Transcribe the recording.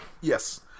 Yes